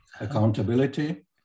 accountability